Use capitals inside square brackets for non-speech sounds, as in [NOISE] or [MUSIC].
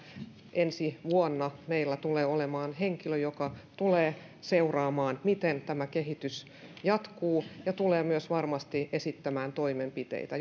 ensi vuonna meillä tulee olemaan henkilö joka tulee seuraamaan miten tämä kehitys jatkuu ja tulee varmasti myös esittämään toimenpiteitä [UNINTELLIGIBLE]